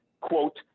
quote